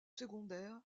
secondaires